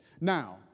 Now